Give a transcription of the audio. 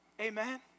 Amen